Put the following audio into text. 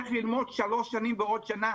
צריך ללמוד שלוש שנים ועוד שנה.